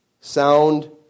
sound